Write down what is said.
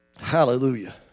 Hallelujah